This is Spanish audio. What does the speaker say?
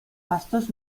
pastos